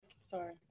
sorry